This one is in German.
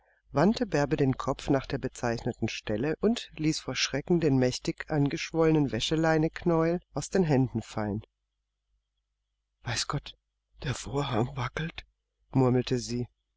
wandte bärbe den kopf nach der bezeichneten stelle und ließ vor schrecken den mächtig angeschwollenen waschleinenknäuel aus den händen fallen weiß gott der vorhang wackelt murmelte sie